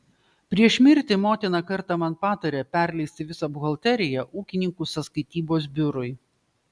prieš mirtį motina kartą man patarė perleisti visą buhalteriją ūkininkų sąskaitybos biurui